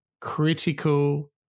critical